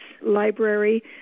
Library